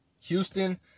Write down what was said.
Houston